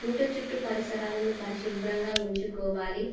ఇంటి చుట్టూ పరిసరాలను పరిశుభ్రంగా ఉంచుకోవాలి